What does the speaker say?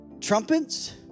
trumpets